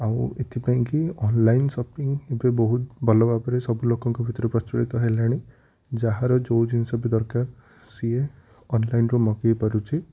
ଆଉ ଏଥିପାଇଁ କି ଅନଲାଇନ୍ ଶପିଙ୍ଗ ଏବେ ବହୁତ ଭଲ ଭାବରେ ସବୁ ଲୋକଙ୍କ ଭିତରେ ପ୍ରଚଳିତ ହେଲାଣି ଯାହାର ଯେଉଁ ଜିନିଷ ବି ଦରକାର ସିଏ ଅନଲାଇନ୍ରୁ ମଗେଇ ପାରୁଛି